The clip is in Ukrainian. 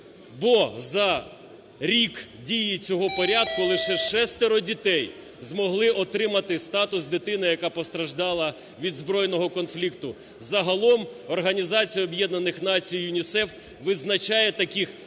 Бо за рік дії цього порядку лише шестеро дітей змогли отримати статус дитини, яка постраждала від збройного конфлікту. Загалом Організація Об'єднаних